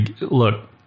Look